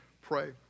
pray